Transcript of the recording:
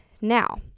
now